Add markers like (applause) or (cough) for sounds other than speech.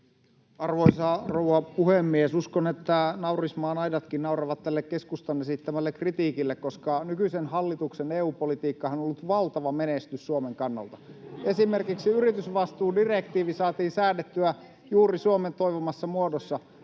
Arvoisa rouva puhemies! Uskon, että naurismaan aidatkin nauravat tälle keskustan esittämälle kritiikille, koska nykyisen hallituksen EU-politiikkahan on ollut valtava menestys Suomen kannalta. (noise) Esimerkiksi yritysvastuudirektiivi saatiin säädettyä juuri Suomen toivomassa muodossa,